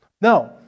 No